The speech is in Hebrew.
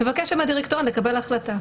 תבקש מהדירקטוריון לקבל החלטה.